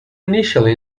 initially